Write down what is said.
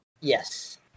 Yes